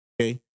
Okay